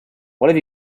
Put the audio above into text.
what